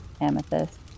Amethyst